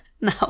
No